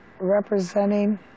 representing